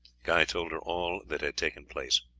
guy told her all that had taken place.